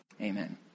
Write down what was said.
Amen